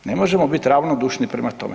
Ne možemo biti ravnodušni prema tome.